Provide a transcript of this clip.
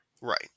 Right